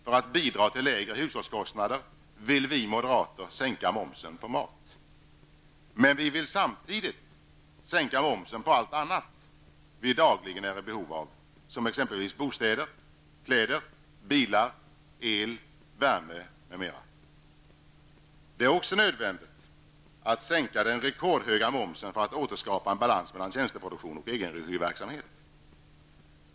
För att bidra till lägre hushållskostnader vill vi moderater sänka momsen på mat. Men vi vill samtidigt sänka momsen på allt annat som vi dagligen är i behov av, exempelvis bostäder, kläder, bilar, el, värme, m.m. Det är också nödvändigt att sänka den rekordhöga momsen för att återskapa en balans mellan tjänteproduktion och egenregiverksamhet.